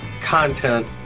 content